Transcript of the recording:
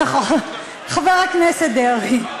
נכון, חבר הכנסת דרעי.